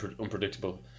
unpredictable